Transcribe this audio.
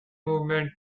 movement